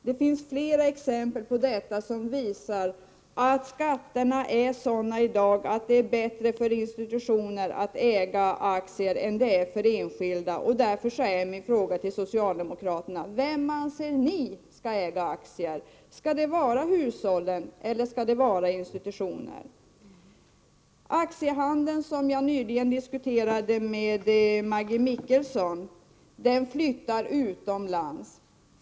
Det finns flera exempel som visar att skatterna är sådana i dag att det är bättre för institutioner att äga aktier än det är för enskilda. Därför är min fråga till socialdemokraterna: Vem anser ni skall äga aktier? Skall det vara hushållen eller skall det vara institutioner? Aktiehandeln, som jag nyligen diskuterade med Maggi Mikaelsson, flyttar utomlands.